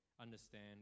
understand